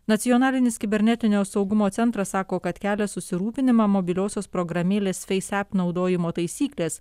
nacionalinis kibernetinio saugumo centras sako kad kelia susirūpinimą mobiliosios programėlės face app naudojimo taisyklės